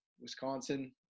Wisconsin